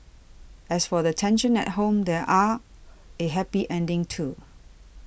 as for the tension at home there was a happy ending too